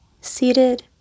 seated